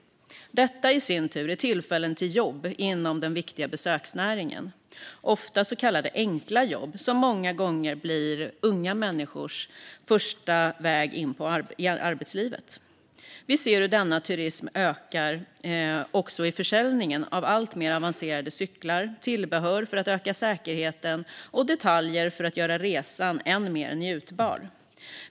Detta i sin tur ger tillfällen till jobb inom den viktiga besöksnäringen, ofta så kallade enkla jobb som många gånger blir unga människors väg in i arbetslivet. Vi ser hur denna turism ökar också i försäljningen av alltmer avancerade cyklar, tillbehör för att öka säkerheten och detaljer för att göra resan än mer njutbar.